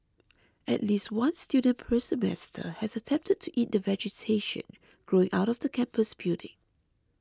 at least one student per semester has attempted to eat the vegetation growing out of the campus building